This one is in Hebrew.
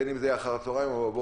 בין אם זה יהיה אחר הצהריים או בבוקר.